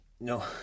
No